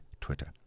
Twitter